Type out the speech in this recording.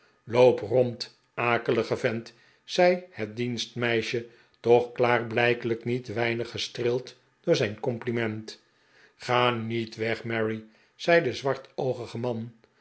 loop rond akelige vent zei het dienstmeisje toch klaarblijkelijk niet weinig gestreeld door het compliment ga niet weg mary zei de zwartoogige man